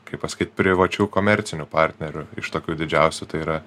kaip pasakyt privačių komercinių partnerių iš tokių didžiausių tai yra